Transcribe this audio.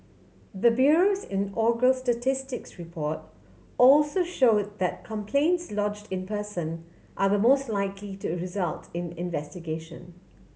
the bureau's inaugural statistics report also show that complaints lodged in person are the most likely to result in investigation